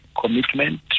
commitment